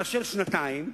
נאשר לשנתיים,